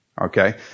Okay